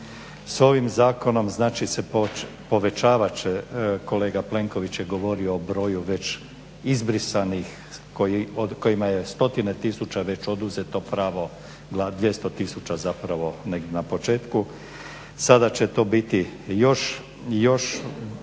S ovim zakonom znači povećavat će kolega Plenković je govorio o broju već izbrisanih kojima je stotine tisuća već oduzeto pravo 200 tisuća zapravo na početku. Sada će to biti još u